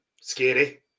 scary